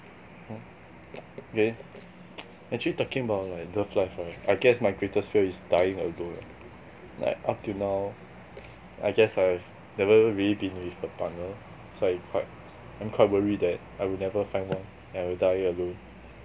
hmm okay actually talking about like love life right I guess my greatest fear is dying alone lah like up till now I guess I've never really been with a partner so I'm quite I'm quite worried that I will never find one and I will die alone